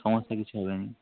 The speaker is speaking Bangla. সমস্যা কিছু হবে নি